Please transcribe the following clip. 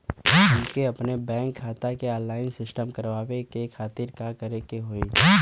हमके अपने बैंक खाता के ऑनलाइन सिस्टम करवावे के खातिर का करे के होई?